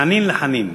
מחנין לחנין.